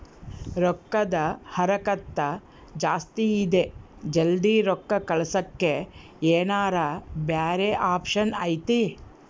ರೊಕ್ಕದ ಹರಕತ್ತ ಜಾಸ್ತಿ ಇದೆ ಜಲ್ದಿ ರೊಕ್ಕ ಕಳಸಕ್ಕೆ ಏನಾರ ಬ್ಯಾರೆ ಆಪ್ಷನ್ ಐತಿ?